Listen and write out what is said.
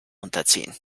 unterziehen